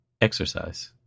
exercise